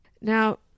Now